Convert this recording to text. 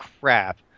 crap